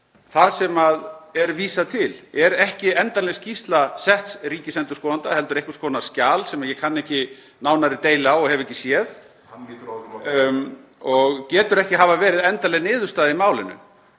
Það sem vísað er til er ekki endanleg skýrsla setts ríkisendurskoðanda heldur einhvers konar skjal, sem ég kann ekki nánari deili á og hef ekki séð, (Gripið fram í.) og getur ekki hafa verið endanleg niðurstaða í málinu.